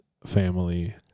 family